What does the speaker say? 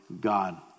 God